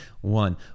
one